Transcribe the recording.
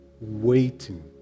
waiting